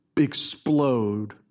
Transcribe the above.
explode